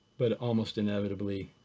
but almost inevitably,